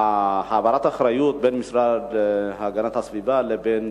העברת האחריות בין המשרד להגנת הסביבה לבין